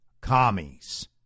commies